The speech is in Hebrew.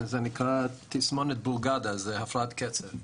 כן, זה נקרא תסמונת בורגדה, זאת הפרעת קצב.